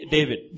David